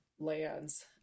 lands